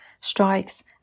strikes